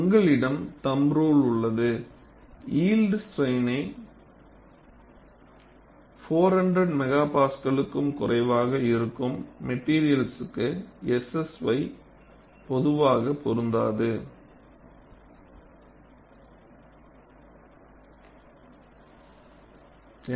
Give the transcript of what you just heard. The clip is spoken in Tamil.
உங்களிடம் தம்பு ரூல் உள்ளது யியல்ட் ஸ்ட்ரென்த் 400 MPa க்கும் குறைவாக இருக்கும் மெட்டீரியல்க்கு SSY பொதுவாக பொருந்தாது